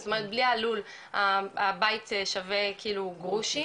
בלי הלול הבית שווה גרושים.